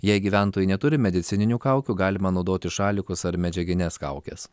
jei gyventojai neturi medicininių kaukių galima naudoti šalikus ar medžiagines kaukes